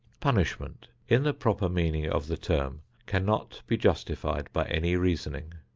punishment, in the proper meaning of the term, cannot be justified by any reasoning.